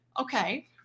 Okay